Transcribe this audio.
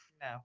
No